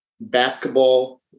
basketball